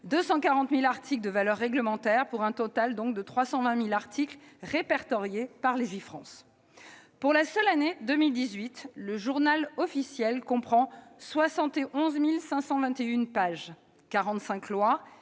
240 000 articles de valeur réglementaire, pour un total de 320 000 articles répertoriés par Légifrance. Pour la seule année 2018, le comprend 71 521 pages, 45 lois,